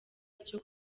icyo